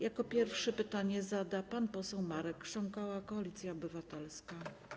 Jako pierwszy pytanie zada pan poseł Marek Krząkała, Koalicja Obywatelska.